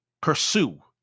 pursue